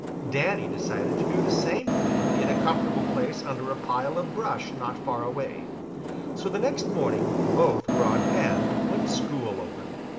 danny decided to do the same thing in a comfortable place under a pile of brush not far away. so the next morning both were on hand when school opened.